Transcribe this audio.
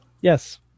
Yes